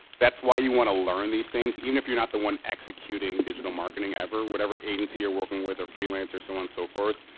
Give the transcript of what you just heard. that's why you want to learn these things even if you're not the one executing digital marketing ever, whatever agency you're working with, or freelance, or so on and so forth.